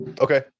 Okay